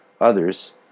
Others